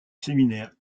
séminaire